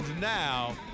now